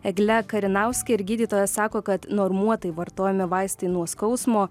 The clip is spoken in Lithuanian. egle karinauske ir gydytoja sako kad normuotai vartojami vaistai nuo skausmo